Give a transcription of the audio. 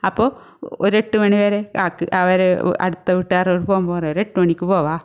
അപ്പോൾ ഒരെട്ട് മണി വരെ ആക്ക് അവർ അടുത്ത വീട്ടുകാരോട് പോവുമ്പം പറയും ഒരെട്ട് മണിക്ക് പോവാം